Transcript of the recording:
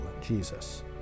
Jesus